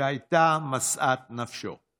שהייתה משאת נפשו.